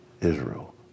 Israel